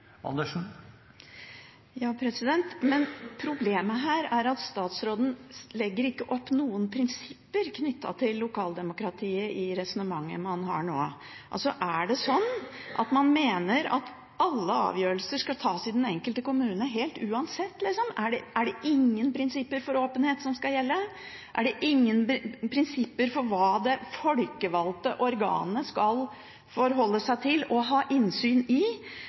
resonnementet han nå har. Er det sånn at man mener at alle avgjørelser skal tas i den enkelte kommune uansett? Er det ingen prinsipper for åpenhet som skal gjelde? Er det ingen prinsipper for hva det folkevalgte organet skal forholde seg til og ha innsyn i?